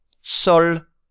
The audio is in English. Sol